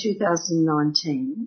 2019